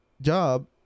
job